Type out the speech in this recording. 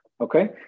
Okay